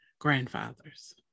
grandfathers